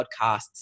podcasts